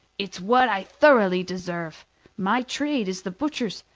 it's what i thoroughly deserve my trade is the butcher's,